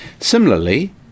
Similarly